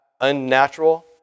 unnatural